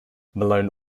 malone